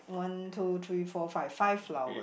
one two three four five five flowers